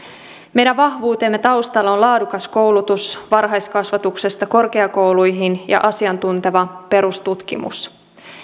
meidän vahvuutemme taustalla on laadukas koulutus varhaiskasvatuksesta korkeakouluihin ja asiantunteva perustutkimus